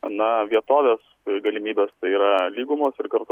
aną vietoves galimybes tai yra lygumos ir kartu